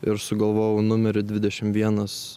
ir sugalvojau numerį dvidešim vienas